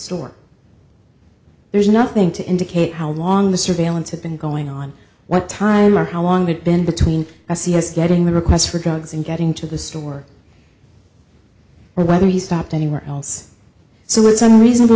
store there's nothing to indicate how long the surveillance had been going on what time or how long it been between s c s getting requests for drugs and getting to the store or whether he stopped anywhere else so it's unreasonable